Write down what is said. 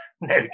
no